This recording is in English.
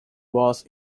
was